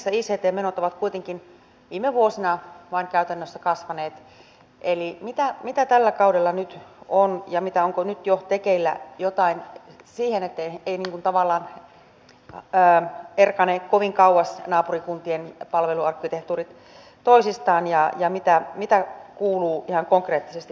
kunnissa ict menot ovat kuitenkin viime vuosina käytännössä vain kasvaneet eli mitä tällä kaudella nyt on tekeillä ja onko nyt jo tekeillä jotain sen eteen että naapurikuntien palveluarkkitehtuurit eivät tavallaan erkane kovin kauas toisistaan ja mitä kuuluu ihan konkreettisesti digitalisaatiohankkeelle tällä hetkellä